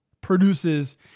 produces